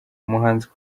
umuhanzi